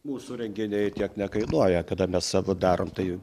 mūsų renginiai tiek nekainuoja kada mes savo darom tai